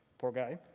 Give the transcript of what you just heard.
poor guy.